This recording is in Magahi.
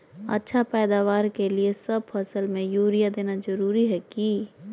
अच्छा पैदावार के लिए सब फसल में यूरिया देना जरुरी है की?